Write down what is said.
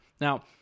Now